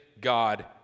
God